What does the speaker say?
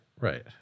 right